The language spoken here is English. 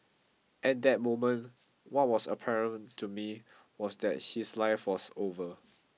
at that moment what was apparent to me was that his life was over